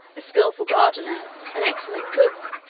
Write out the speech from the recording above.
a skilful gardener, an excellent cook,